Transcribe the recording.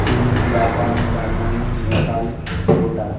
চীন Japan Germany Nepal Bhutan